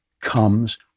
comes